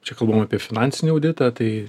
čia kalbama apie finansinį auditą tai